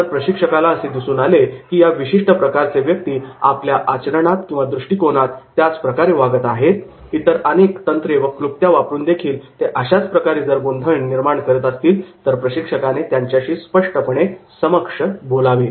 जर प्रशिक्षकाला असे दिसून आले की या विशिष्ट प्रकारचे व्यक्ती आपल्या आचरणात आणि दृष्टिकोनात त्याच प्रकारे वागत आहेत इतर अनेक तंत्रे व क्लुप्त्या वापरूनदेखील ते तशाच प्रकारे जर गोंधळ निर्माण करीत असतील तर प्रशिक्षकाने त्यांच्याशी स्पष्टपणे समक्ष बोलावे